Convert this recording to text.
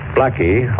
Blackie